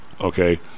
okay